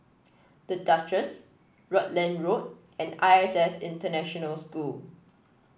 The Duchess Rutland Road and I S S International School